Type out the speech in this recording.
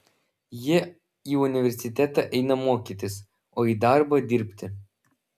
jie į universitetą eina mokytis o į darbą dirbti